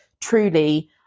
truly